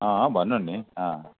अँ भन्नु नि अँ